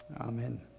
amen